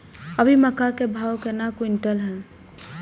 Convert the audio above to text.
अभी मक्का के भाव केना क्विंटल हय?